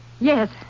Yes